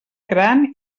gran